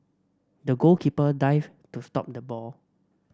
the goalkeeper dived to stop the ball